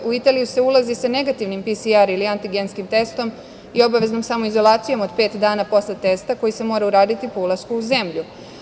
U Italiju se ulazi sa negativnim PCR ili anti-genskim testom i obaveznom samoizolacijom od pet dana posle testa koji se mora uraditi po ulasku u zemlju.